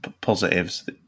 positives